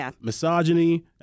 misogyny